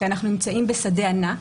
כי אנחנו נמצאים בשדה ענק,